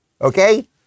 Okay